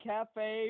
Cafe